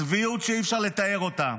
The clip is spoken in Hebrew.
צביעות שאי-אפשר לתאר אותה.